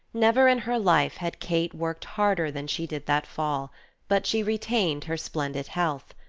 never in her life had kate worked harder than she did that fall but she retained her splendid health.